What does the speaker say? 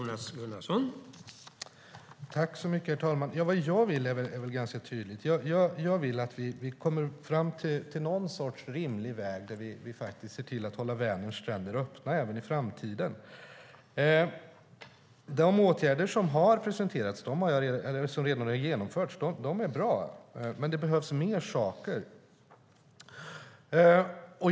Herr talman! Vad jag vill är väl ganska tydligt. Jag vill att vi kommer fram till någon sorts rimlig lösning så att vi kan hålla Vänerns stränder öppna även i framtiden. De åtgärder som redan har genomförts är bra, men det behövs mer.